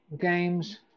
games